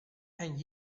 and